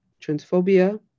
transphobia